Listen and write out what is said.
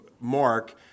Mark